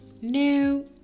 No